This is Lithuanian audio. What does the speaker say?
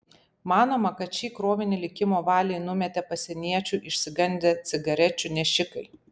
manoma kad šį krovinį likimo valiai numetė pasieniečių išsigandę cigarečių nešikai